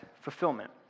fulfillment